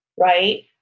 right